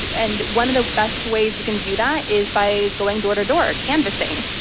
and one of the best ways you can do that is by going door to door, canvassing,